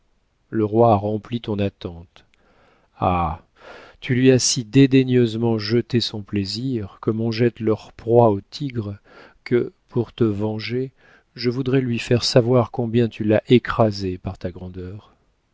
le roi a rempli ton attente ah tu lui as si dédaigneusement jeté son plaisir comme on jette leur proie aux tigres que pour te venger je voudrais lui faire savoir combien tu l'as écrasé par ta grandeur